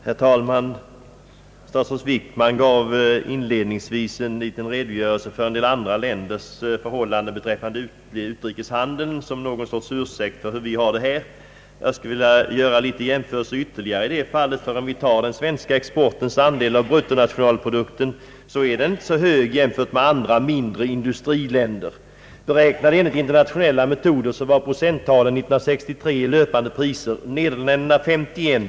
Herr talman! Statsrådet Wickman gav inledningsvis en liten redogörelse för en del andra länders utrikeshandel såsom någon sorts ursäkt för förhållandena i Sverige. Jag skulle vilja göra ytterligare jämförelser i detta fall. Den svenska exportens andel av bruttonationalprodukten är inte så stor jämförd med andra mindre industriländer. Beräknad enligt rent internationella metoder var procenttalen år 1963 i löpande priser för Nederländerna 51, Ang.